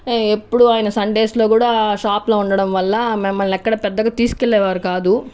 ఎప్పుడు ఆయన సండేస్లో కూడా షాప్లో ఉండడం వల్ల మమ్మల్ని ఎక్కడా పెద్దగా తీసుకు వెళ్ళేవారు కాదు